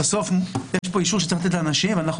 בסוף יש פה אישור שצריך לתת לאנשים ואנחנו